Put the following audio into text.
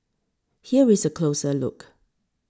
here is a closer look